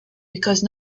because